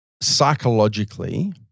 psychologically